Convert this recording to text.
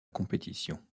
compétition